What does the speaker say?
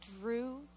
drew